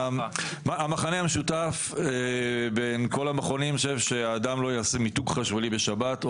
המכנה המשותף בין כל המכונים הוא שהאדם לא יעשה מיתוג חשמלי בשבת,